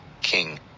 king